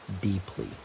deeply